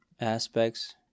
aspects